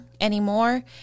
anymore